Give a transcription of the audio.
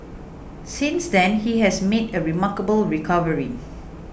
since then he has made a remarkable recovery